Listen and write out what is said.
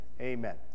amen